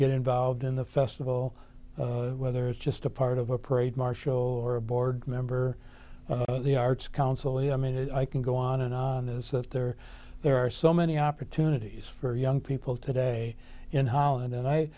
get involved in the festival whether it's just a part of a parade maher show or a board member of the arts council the i mean i can go on and on is that there are so many opportunities for young people today in holland and i